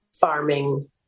farming